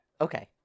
Okay